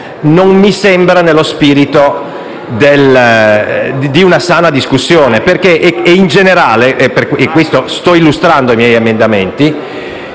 non mi sembra nello spirito di una sana discussione. In generale - sto illustrando i miei emendamenti